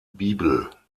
bibel